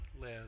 live